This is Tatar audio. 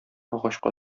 агачка